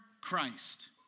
Christ